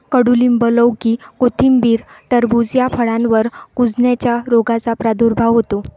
कडूलिंब, लौकी, कोथिंबीर, टरबूज या फळांवर कुजण्याच्या रोगाचा प्रादुर्भाव होतो